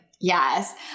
Yes